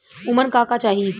उमन का का चाही?